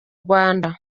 rwanda